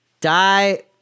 Die